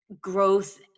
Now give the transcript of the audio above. growth